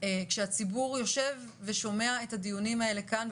כשהציבור יושב ושומע את הדיונים האלה כאן,